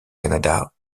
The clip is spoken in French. canada